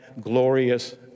glorious